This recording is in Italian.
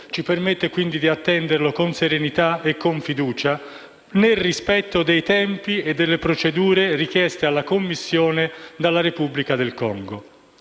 ci permette di attendere con serenità e fiducia, nel rispetto dei tempi e delle procedure richieste alla Commissione dalla Repubblica democratica